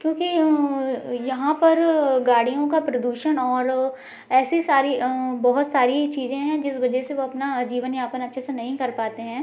क्योंकि यहाँ पर गाड़ियों का प्रदूषण और ऐसी सारी बहोत सारी चीज़ें हैं जिस वजह से वो अपना जीवन यापन अच्छे से नहीं कर पाते हैं